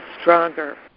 stronger